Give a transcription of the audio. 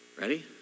Ready